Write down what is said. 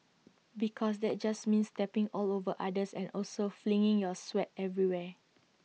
because that just means stepping all over others and also flinging your sweat everywhere